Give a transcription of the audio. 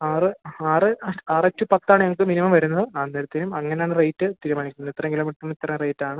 ആറ് ആറ് ആറ് ടു പത്താണ് ഞങ്ങൾക്ക് മിനിമം വരുന്നത് അന്നേരത്തേനും അങ്ങനാന്ന് റേറ്റ് തീരുമാനിക്കുന്നത് ഇത്ര കിലോമീറ്ററ് ഇത്ര റേറ്റാണ്